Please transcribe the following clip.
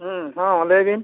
ᱦᱮᱸ ᱦᱮᱸ ᱞᱟᱹᱭ ᱵᱤᱱ